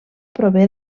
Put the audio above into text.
prové